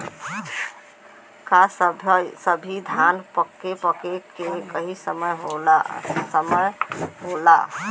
का सभी धान के पके के एकही समय सीमा होला?